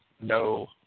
no